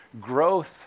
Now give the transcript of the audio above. growth